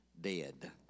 Dead